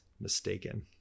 mistaken